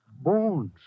Bones